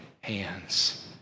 hands